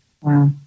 Wow